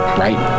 right